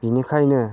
बेनिखायनो